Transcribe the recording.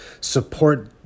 support